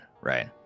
right